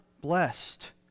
blessed